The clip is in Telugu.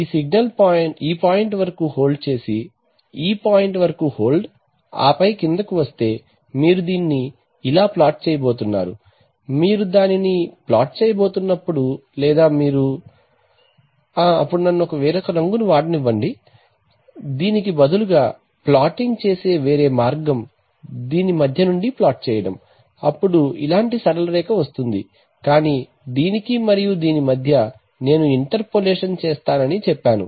ఈ సిగ్నల్ ఈ పాయింట్ వరకు హోల్డ్ చేసి ఈ పాయింట్ వరకు హోల్డ్ ఆపై క్రిందికి వస్తే మీరు దీన్ని ఇలా ప్లాట్ చేయబోతున్నారు మీరు దానిని ప్లాట్ చేయబోతున్నప్పుడు లేదా మీరు అప్పుడు నన్ను వేరొక రంగును వాడనివ్వండి దీనికి బదులుగా ప్లాటింగ్ చేసే వేరే మార్గం దీని మధ్య నుండి ప్లాట్ చేయడం అప్పుడు ఇలాంటి సరళ రేఖ వస్తుంది కానీ దీనికి మరియు దీని మధ్య నేను ఇంటర్ పోలేషన్ చేస్తానని చెప్పాను